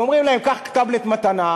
ואומרים להם: קח טאבלט מתנה,